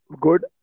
good